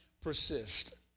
persist